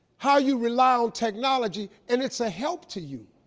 how you rely on technology, and it's a help to you,